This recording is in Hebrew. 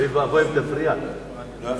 אוי ואבוי אם תפריע לו.